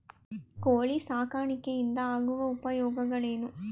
ಕೋಳಿ ಸಾಕಾಣಿಕೆಯಿಂದ ಆಗುವ ಉಪಯೋಗಗಳೇನು?